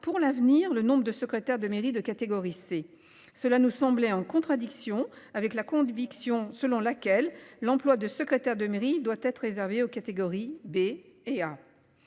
pour l'avenir. Le nombre de secrétaires de mairie de catégorie C cela nous semblait en contradiction avec la conviction selon laquelle l'emploi de secrétaire de mairie doit être réservé aux catégories B et à.